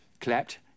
clapped